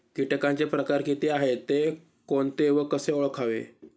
किटकांचे प्रकार किती आहेत, ते कोणते व कसे ओळखावे?